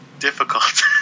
difficult